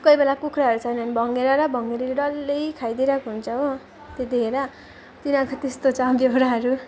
कोही बेला कुखुराहरू छैन भने भङ्गेरा र भङ्गेरीले डल्लै खाइदिइरहेको हुन्छ हो त्यतिखेर तिनीहरूको त्यस्तो छ व्यवहारहरू